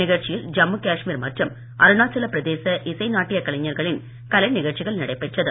நிகழ்ச்சியில் ஜம்மூகாஷ்மீர் மற்றும் அருணாச்சல பிரதேச இசை நாட்டிய கலைஞர்களின் கலை நிகழ்ச்சிகள் நடைபெற்றது